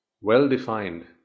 well-defined